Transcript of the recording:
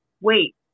wait